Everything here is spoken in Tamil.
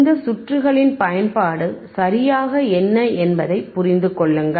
இந்த சுற்றுகளின் பயன்பாடு சரியாக என்ன என்பதைப் புரிந்து கொள்ளுங்கள்